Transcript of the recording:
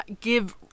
give